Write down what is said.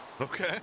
Okay